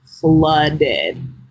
flooded